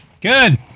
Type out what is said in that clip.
Good